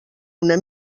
una